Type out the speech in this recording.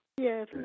Yes